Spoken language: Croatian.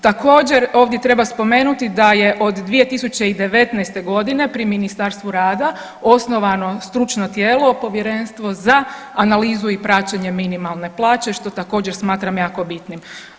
Također ovdje treba spomenuti da je od 2019.g. pri Ministarstvu rada osnovano stručno tijelo Povjerenstvo za analizu i praćenje minimalne plaće što također smatram jako bitnim.